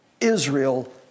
Israel